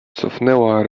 cofnęła